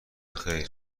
خیر